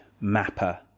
mapper